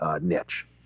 niche